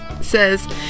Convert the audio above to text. says